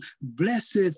Blessed